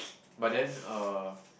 but then uh